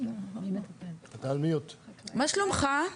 מה שלומך?